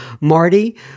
Marty